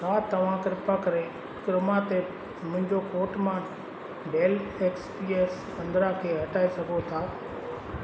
छा तव्हां कृपा करे क्रोमा ते मुंहिंजो कोर्ट मां डेल एक्स पी एस पंद्रहं खे हटाए सघो था